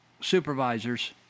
supervisors